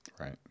Right